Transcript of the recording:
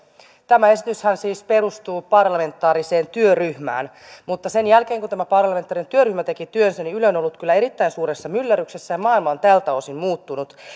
tämä esityshän siis perustuu parlamentaariseen työryhmään mutta sen jälkeen kun tämä parlamentaarinen työryhmä teki työnsä yle on ollut kyllä erittäin suuressa myllerryksessä ja maailma on tältä osin muuttunut